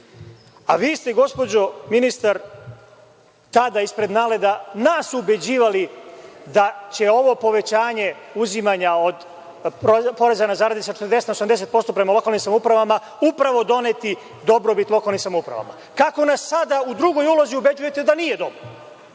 ste, gospođo ministar, tada ispred NALED-a nas ubeđivali da će ovo povećanje uzimanja od poreza na zarade sa 40% na 80% prema lokalnim samoupravama upravo doneti dobrobit lokalnim samoupravama. Kako nas sada u drugoj ulozi ubeđujete da nije dobro?